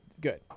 good